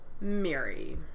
Mary